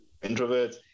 introverts